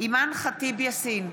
אימאן ח'טיב יאסין,